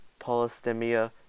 polystemia